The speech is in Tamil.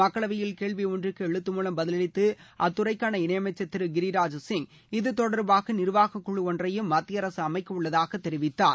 மக்களவையில் கேள்வி ஒன்றுக்கு எழுத்து மூலம் பதிலளித்த அத்துறைக்கான இணையமைச்சர் திரு கிரிராஜ் சிங் இது தொடர்பாக நிர்வாகக்குழு ஒன்றையும் மத்திய அரசு அமைக்க உள்ளதாக தெரிவித்தார்